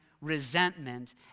resentment